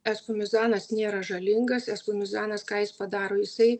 espumizanas nėra žalingas espumizanas ką jis padaro jisai